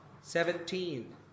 seventeen